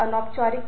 इसका क्या मतलब है